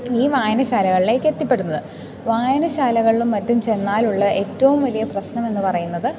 ഈ വായനശാലകളിലേക്ക് എത്തിപ്പെടുന്നത് വായനശാലകളിലും മറ്റും ചെന്നാലുള്ള ഏറ്റവും വലിയ പ്രശ്നം എന്നു പറയുന്നത്